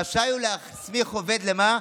רשאי הוא להסמיך עובד" למה?